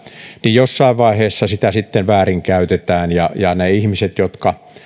niin jossain vaiheessa sitä sitten väärinkäytetään ja ja ne ihmiset jotka